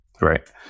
right